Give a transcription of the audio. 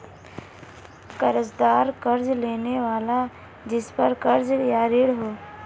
कर्ज़दार कर्ज़ लेने वाला जिसपर कर्ज़ या ऋण हो